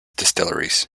distilleries